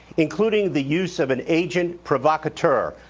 including the use of an agent provocateur,